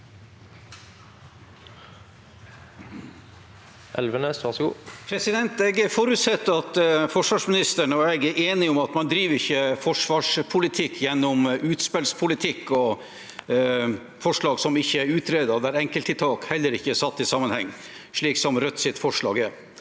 Jeg forutsetter at for- svarsministeren og jeg er enige om at man ikke driver forsvarspolitikk gjennom utspillspolitikk og forslag som ikke er utredet, der enkelttiltak heller ikke er satt i sammenheng, slik som Rødts forslag.